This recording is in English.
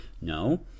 No